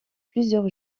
plusieurs